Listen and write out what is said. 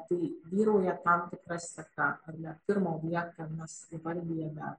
tai vyrauja tam tikra seka ar ne pirmą objektą mes įvardijam be